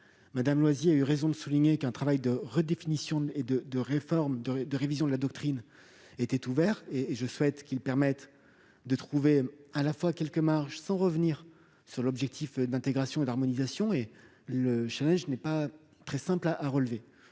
Mme Loisier a eu raison de souligner qu'un travail de redéfinition et de révision de la doctrine était ouvert. Je souhaite qu'il permette de trouver quelques marges de manoeuvre, sans revenir sur l'objectif d'intégration et d'harmonisation ; le défi n'est pas très facile à relever.